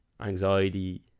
anxiety